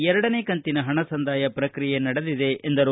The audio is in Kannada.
ಎರಡನೆ ಕಂತಿನ ಹಣ ಸಂದಾಯ ಪ್ರಕ್ರಿಯೆ ನಡೆದಿದೆ ಎಂದರು